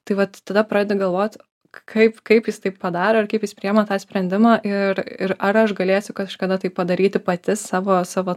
tai vat tada pradedi galvot kaip kaip jis taip padaro ir kaip jis priima tą sprendimą ir ir ar aš galėsiu kažkada tai padaryti pati savo savo